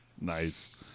Nice